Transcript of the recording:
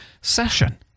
session